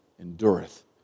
endureth